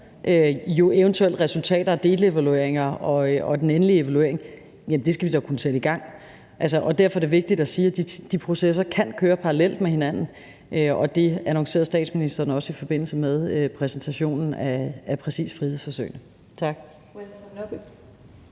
og eventuelle resultater og delevalueringer og den endelige evaluering skal vi kunne sætte i gang. Derfor er det vigtigt at sige, at de processer kan køre parallelt med hinanden, og det annoncerede statsministeren også i forbindelse med præsentationen af frihedsforsøgene. Tak.